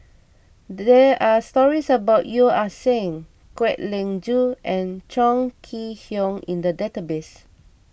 there are stories about Yeo Ah Seng Kwek Leng Joo and Chong Kee Hiong in the database